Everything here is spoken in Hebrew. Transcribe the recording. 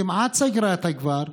כמעט סגרה את הכפר,